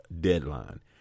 deadline